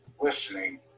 listening